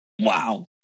Wow